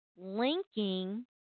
linking